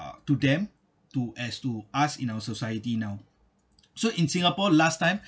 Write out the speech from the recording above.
to them to as to us in our society now so in singapore last time